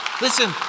listen